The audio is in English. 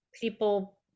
people